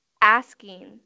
asking